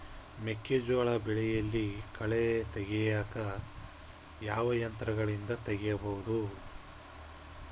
ಮೆಕ್ಕೆಜೋಳ ಬೆಳೆಯಲ್ಲಿ ಕಳೆ ತೆಗಿಯಾಕ ಯಾವ ಯಂತ್ರಗಳಿಂದ ತೆಗಿಬಹುದು?